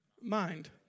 mind